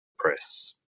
press